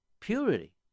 purity